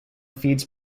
feeds